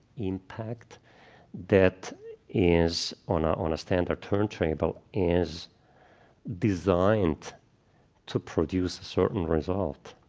impact that is, on ah on a standard turntable, is designed to produce a certain result.